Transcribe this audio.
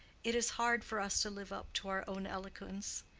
it is hard for us to live up to our own eloquence,